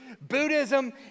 Buddhism